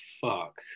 fuck